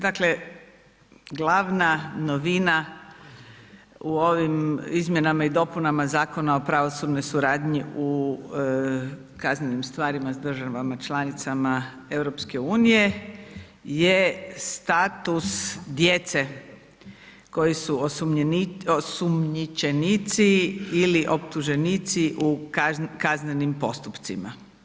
Dakle, glavna novina u ovim izmjenama i dopunama Zakona o pravosudnoj suradnji u kaznenim stvarima s državama članicama EU, je status djece koji su osumnjičenici ili optuženici u kaznenim postupcima.